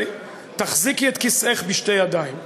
תחזיקי את כיסאך בשתי ידיים,